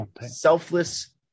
selfless